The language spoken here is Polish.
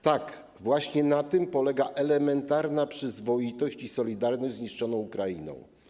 Tak, właśnie na tym polega elementarna przyzwoitość i solidarność z niszczoną Ukrainą.